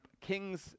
kings